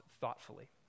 thoughtfully